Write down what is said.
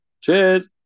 cheers